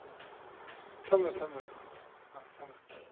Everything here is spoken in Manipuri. ꯎꯝ ꯊꯝꯃꯦ ꯊꯝꯃꯦ ꯑꯥ ꯑꯥ ꯊꯝꯃꯦ